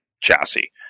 chassis